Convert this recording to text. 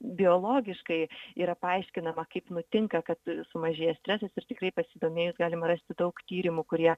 biologiškai yra paaiškinama kaip nutinka kad sumažėja stresas ir tikrai pasidomėjus galima rasti daug tyrimų kurie